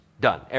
done